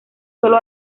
sólo